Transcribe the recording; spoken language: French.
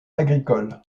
agricole